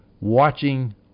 watching